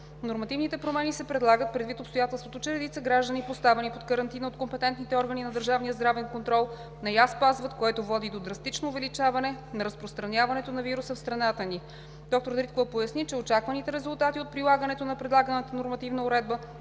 Нормативните промени се предлагат предвид обстоятелството, че редица граждани, поставени под карантина от компетентните органи на държавния здравен контрол, не я спазват, което води до драстично увеличаване на разпространяването на вируса в страната ни. Доктор Дариткова поясни, че очакваните резултати от прилагането на предлаганата нормативна уредба